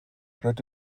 rydw